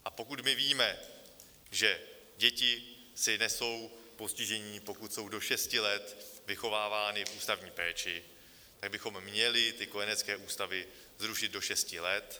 A pokud my víme, že děti si nesou postižení, pokud jsou do šesti let vychovávány v ústavní péči, tak bychom měli ty kojenecké ústavy zrušit do šesti let.